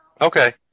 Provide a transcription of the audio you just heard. Okay